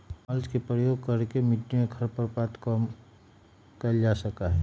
mulch के प्रयोग करके मिट्टी में खर पतवार कम कइल जा सका हई